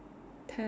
ten